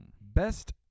Best